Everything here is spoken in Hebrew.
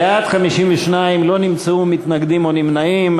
בעד, 52, לא נמצאו מתנגדים או נמנעים.